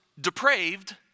depraved